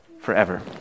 forever